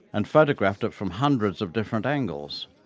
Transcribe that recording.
and photographed it from hundreds of different angles.